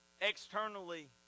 externally